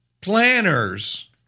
planners